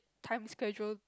time schedule